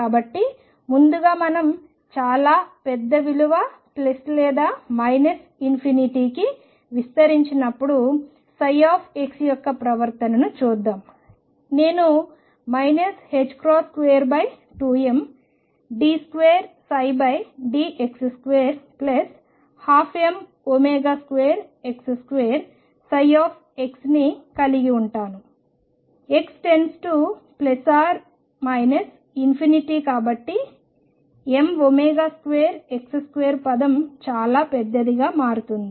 కాబట్టి ముందుగా మనం చాలా పెద్ద విలువ ప్లస్ లేదా మైనస్ ఇన్ఫినిటీకి విస్తరించినప్పుడు ψ యొక్క ప్రవర్తనను చూద్దాం నేను 22md2dx2 12m2x2x ని కలిగి ఉంటాను x → కాబట్టి m2x2 పదం చాలా పెద్దదిగా మారుతుంది